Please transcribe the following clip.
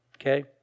okay